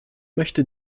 möchte